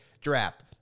draft